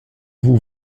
vous